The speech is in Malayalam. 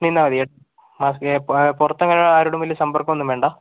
നിന്നാൽ മതി മാസ്ക് ആ പുറത്ത് അങ്ങനെ ആരോടും വലിയ സമ്പർക്കം ഒന്നും വേണ്ട